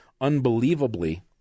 unbelievably